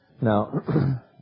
Now